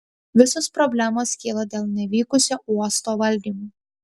visos problemos kyla dėl nevykusio uosto valdymo